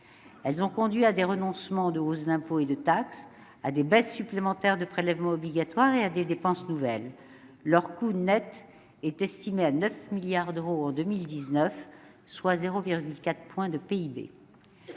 Celles-ci ont conduit à des renoncements de hausses d'impôts et de taxes, à des baisses supplémentaires de prélèvements obligatoires et à des dépenses nouvelles. Leur coût net est estimé à 9 milliards d'euros en 2019, soit 0,4 point de PIB.